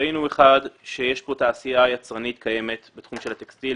ראינו שיש כאן תעשייה יצרנית קיימת בתחום של הטקסטיל,